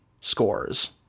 scores